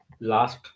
last